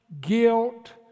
guilt